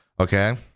Okay